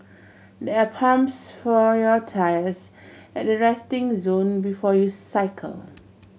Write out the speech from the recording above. there are pumps for your tyres at the resting zone before you cycle